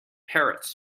parrots